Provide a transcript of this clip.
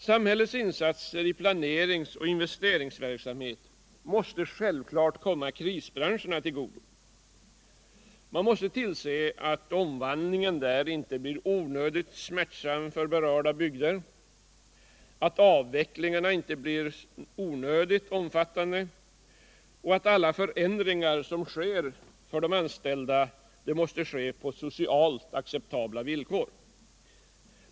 Samhällets insatser i planerings och investeringsverksamheten måste självklart komma krisbranscherna till godo. Man måste tillse att omvandlingen där inte blir onödigt smärtsam för berörda bygder, att avvecklingarna inte blir onödigt omfattande samt att alla förändringar sker på för de anställda socialt acceptabla villkor.